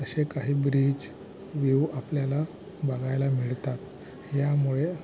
असे काही bridge view आपल्याला बघायला मिळतात यामुळे